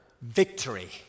victory